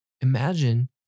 Imagine